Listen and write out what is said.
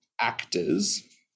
actors